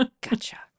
Gotcha